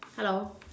hello